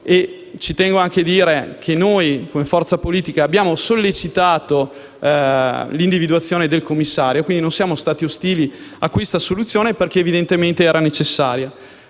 Ci tengo anche dire che noi, come forza politica, abbiamo sollecitato l'individuazione del commissario, quindi non siamo stati ostili a questa soluzione, perché evidentemente era necessaria.